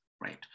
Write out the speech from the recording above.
right